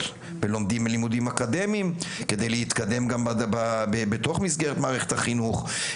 ולומדים לימודים אקדמיים כדי להתקדם גם בתוך מסגרת מערכת החינוך.